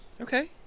Okay